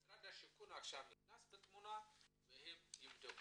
משרד השיכון עכשיו נכנס לתמונה והם יבדקו.